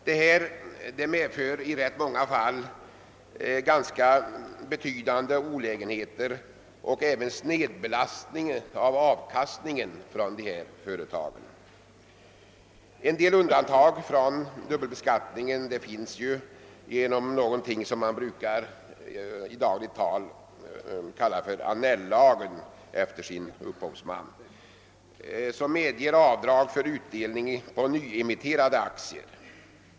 Detta medför i rätt många fall ganska betydande olägenheter och även en snedbelastning av avkastningen från företaget. En del undantag från dubbelbeskattningen finns dock genom någonting som man i dagligt tal brukar kalla Annell-lagen efter dess upphovsman och som medger avdrag för utdelning på nyemitterade aktier.